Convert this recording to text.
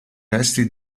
resti